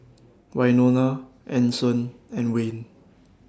Wynona Anson and Wayne